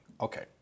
Okay